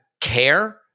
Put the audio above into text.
care